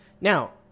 now